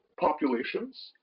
populations